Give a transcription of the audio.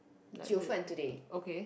like is it okay